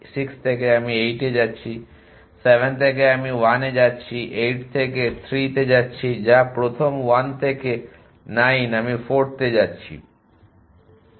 6 থেকে আমি 8 এ যাচ্ছি 7 থেকে আমি 1 এ যাচ্ছি 8 থেকে 3 যাচ্ছে যা প্রথম 1 থেকে 9 আমি 4 তে যাচ্ছি